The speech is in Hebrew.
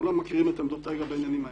כולם מכירים את עמודתיי לגבי העניינים האלה.